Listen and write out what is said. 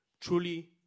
Truly